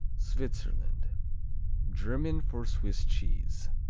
switzerland german for swiss cheese.